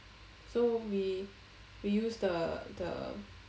so we we use the the